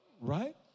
right